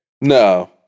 No